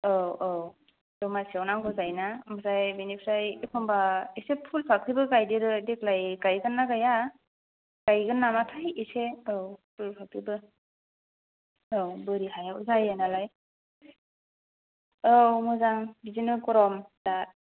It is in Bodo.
औ औ दमासिआव नांगौ जायो ना ओमफ्राय बेनिफ्राय एखनबा एसे फुल फाख्रिबो गायो देग्लाय गायो ना गाया गायगोन नामा थाइ एसे औ फुल फाख्रिबो आव बारि हायाव जायो नालाय औ मोजां बिदिनो गरम दा